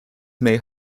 may